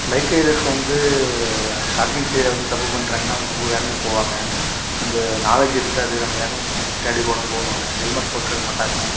bike riders வந்து starting ஸ்டேஜில் வந்து தப்பு பண்ணுறாங்கன்னா அவங்க ரொம்ப வேகமாக போவாங்கள் அந்த நாலேட்ஜு இருக்காது நம்ம வேகமாக போனால் எப்படி அடிபடுமோணுன்னு ஹெல்மெட் போட்டிருக்கமாட்டாங்க